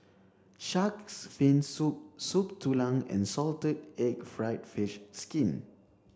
shark's fin soup Soup Tulang and salted egg fried fish skin